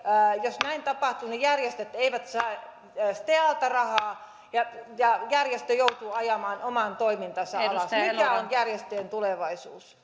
jos näin tapahtuu järjestöt eivät saa stealta rahaa ja ja järjestö joutuu ajamaan oman toimintansa alas mikä on järjestöjen tulevaisuus